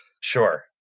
sure